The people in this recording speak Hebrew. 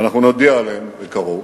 ואנחנו נודיע עליהם בקרוב,